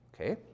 okay